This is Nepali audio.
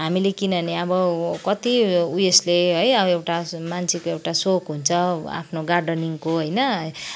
हामीले किनभने अब कति उयसले है अब एउटा मान्छेको एउटा सोख हुन्छ आफ्नो गार्डेनिङको होइन